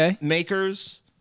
makers